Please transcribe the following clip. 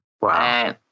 Wow